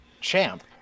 champ